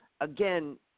again